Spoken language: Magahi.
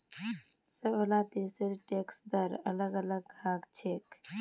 सबला देशेर टैक्स दर अलग अलग ह छेक